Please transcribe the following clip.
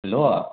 hello